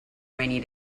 rainy